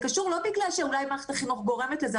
זה קשור לא בגלל שאולי מערכת החינוך גורמת לזה,